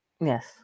Yes